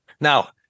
Now